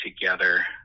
together